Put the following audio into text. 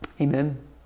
Amen